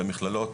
ומכללות